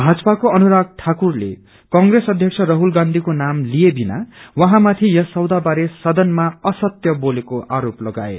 भाजपाको अनुारग ठाकुरले क्रेप्रेस अध्यक्ष राहुल गाँयीको नाम लिए बिना उहाँमाथि यस सौदा बारे सदनमा असत्य बोलेको आरोप लगाए